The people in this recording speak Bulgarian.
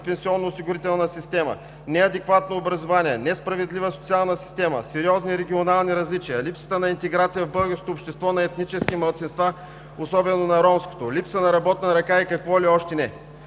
пенсионноосигурителна система; неадекватно образование; несправедлива социална система; сериозни регионални различия; липсата на интеграция в българското общество на етнически малцинства – особено на ромското; липса на работна ръка и какво ли още не.